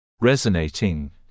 resonating